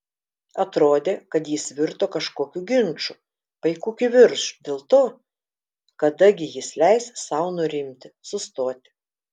atrodė kad jis virto kažkokiu ginču paiku kivirču dėl to kada gi jis leis sau nurimti sustoti